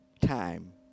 time